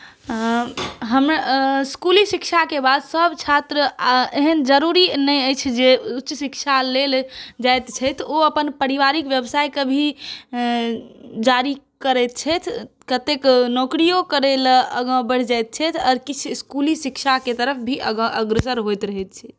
हमर इसकुली शिक्षाके बाद सब छात्र आओर एहन जरूरी नहि अछि जे उच्च शिक्षा लेल जाइत छथि ओ अपन पारिवारिक बेवसाइके भी जारी करै छथि कतेक नौकरिओ करैलए आगाँ बढ़ि जाइत छथि आओर किछु इसकुली शिक्षाके तरफ भी अग्र अग्रसर होइत रहै छथि